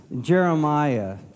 Jeremiah